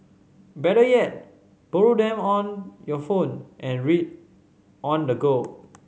better yet borrow them on your phone and read on the go